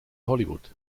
hollywood